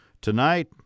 Tonight